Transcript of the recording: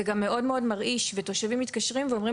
זה גם מאוד מרעיש ותושבים מתקשרים ואומרים